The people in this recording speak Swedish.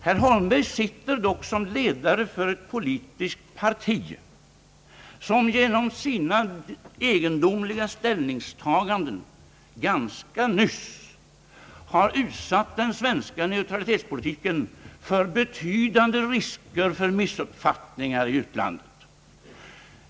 Herr Holmberg sitter dock som ledare för ett politiskt parti, som genom sina egendomliga ställningstaganden ganska nyligen har utsatt den svenska neutralitetspolitiken för betydande risker för missuppfattningar i utlandet.